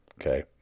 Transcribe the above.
okay